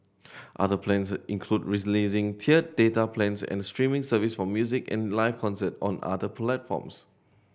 other plans include releasing tiered data plans and a streaming service for music and live concerts on other platforms